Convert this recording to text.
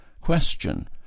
Question